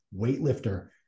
weightlifter